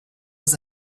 was